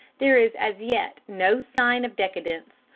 there is as yet no sign of decadence,